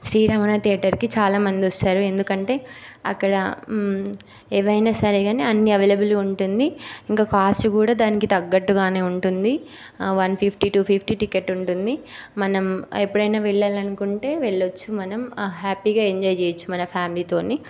ఈ శ్రీ రమణ థియేటర్కి చాలామంది వస్తారు ఎందుకంటే అక్కడ ఏవైనా సరేగానీ అన్నీ ఎవైలబుల్గా ఉంటుంది ఇంకా కాస్ట్ కూడా దానికి తగ్గట్టుగానే ఉంటుంది one fifty two fifty ticket ఉంటుంది మనం ఎప్పుడైనా వెళ్ళాలనుకుంటే వెళ్ళచ్చు మనం హ్యాపీగా ఎంజాయ్ చెయ్యచ్చు మన ఫ్యామిలీతోని